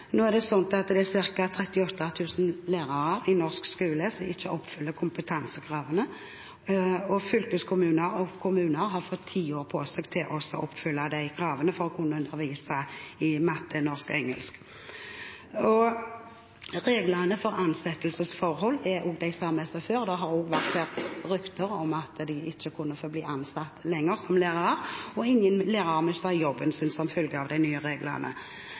Det er ca. 38 000 lærere i norsk skole som ikke oppfyller kompetansekravene. Fylkeskommunene og kommunene har fått ti år på seg til å oppfylle kravene for undervisning i matte, norsk og engelsk. Reglene for ansettelsesforhold er de samme som før. Det har versert rykter om at de ikke kunne være ansatt som lærer lenger, men ingen lærer mister jobben sin som følge av de nye reglene.